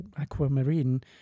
aquamarine